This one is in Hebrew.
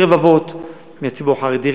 הכשרתי רבבות מהציבור החרדי,